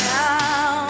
now